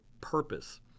purpose